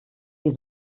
wir